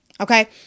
Okay